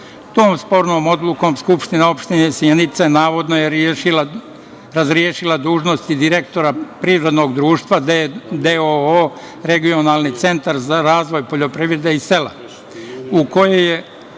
Tom spornom odlukom SO Sjenica navodno je razrešila dužnosti direktora privrednog društva DOO „Regionalni centar za razvoj poljoprivrede i sela“, u kojoj je